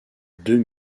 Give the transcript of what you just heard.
deux